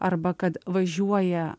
arba kad važiuoja